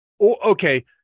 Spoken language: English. Okay